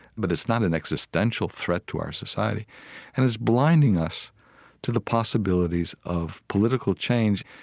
but it's not an existential threat to our society and it's blinding us to the possibilities of political change,